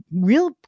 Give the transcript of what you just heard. real